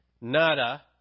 nada